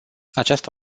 această